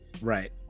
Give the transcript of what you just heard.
Right